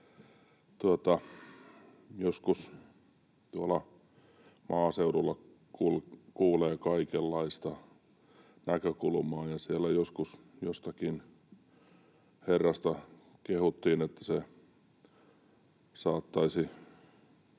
tuolla maaseudulla kuulee kaikenlaista näkökulmaa, ja siellä joskus jostakin herrasta kehuttiin, että hän saattaisi